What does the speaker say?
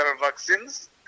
vaccines